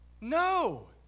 No